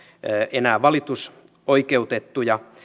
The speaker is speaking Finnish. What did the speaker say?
enää valitusoikeutettuja